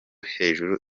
hejuru